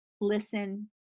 listen